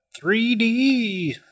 3d